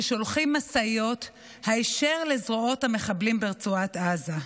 ששולחים משאיות היישר לזרועות המחבלים ברצועת עזה?